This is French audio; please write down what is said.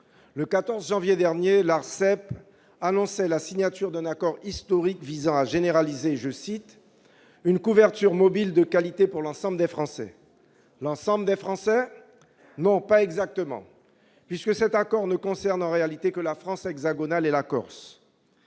et des postes, l'ARCEP, annonçait la signature d'un accord historique visant à généraliser « une couverture mobile de qualité pour l'ensemble des Français ». L'ensemble des Français ? Non, pas exactement, puisque cet accord ne concerne en réalité que la France hexagonale et la Corse